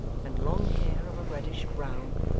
and long hair of a reddish brown,